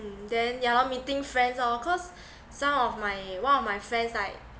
mm then ya lor meeting friends lor cause some of my one of my friends like